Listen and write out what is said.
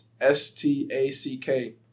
S-T-A-C-K